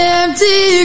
empty